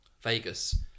Vegas